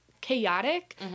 chaotic